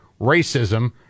racism